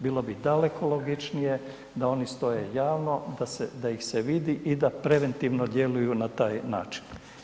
Bilo bi daleko logičnije da oni stoje javno da ih se vidi i da preventivno djeluju na taj način.